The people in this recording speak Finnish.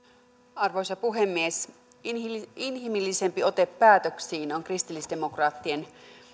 arvoisa puhemies inhimillisempi ote päätöksiin on kristillisdemokraattien